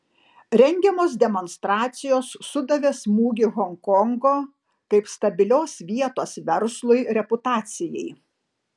rengiamos demonstracijos sudavė smūgį honkongo kaip stabilios vietos verslui reputacijai